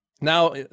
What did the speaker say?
now